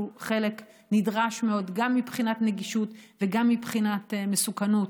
שהוא חלק נדרש מאוד גם מבחינת נגישות וגם מבחינת מסוכנות,